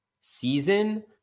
season